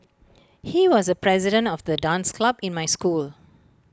he was the president of the dance club in my school